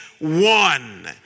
one